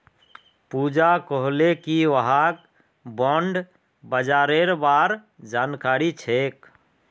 पूजा कहले कि वहाक बॉण्ड बाजारेर बार जानकारी छेक